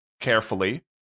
carefully